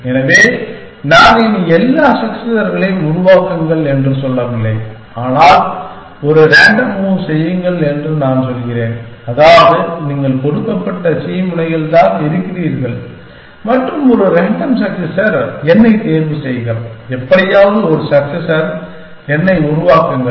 எனவே நான் இனி எல்லா சக்ஸெஸர்களையும் உருவாக்குங்கள் என்று சொல்லவில்லை ஒரு ரேண்டம் மூவ் செய்யுங்கள் என்று நான் சொல்கிறேன் அதாவது நீங்கள் கொடுக்கப்பட்ட c முனையில்தான் இருக்கிறீர்கள் மற்றும் ஒரு ரேண்டம் சக்ஸெஸர் n ஐ தேர்வு செய்க எப்படியாவது ஒரு சக்ஸெஸர் n ஐ உருவாக்குங்கள்